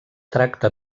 tracta